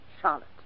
Charlotte